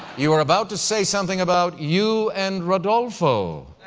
you are about to say something about you and rodolfo.